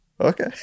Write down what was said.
Okay